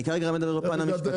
אני כרגע לא מדבר בפן המשפטי.